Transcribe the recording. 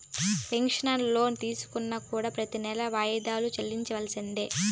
personal loan తీసుకున్నా కూడా ప్రెతి నెలా వాయిదాలు చెల్లించాల్సిందే